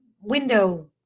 window